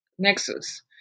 Nexus